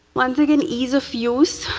one thing in use of use,